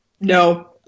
no